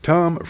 Tom